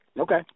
Okay